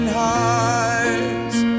hearts